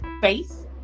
face